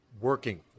working